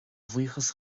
bhuíochas